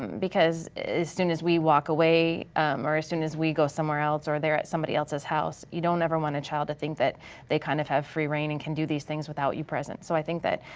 because as soon as we walk away or as soon as we go somewhere else or they're at somebody else's house you don't ever want a child to think that they kind of have free reign and can do these things without you present. so i think that,